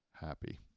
happy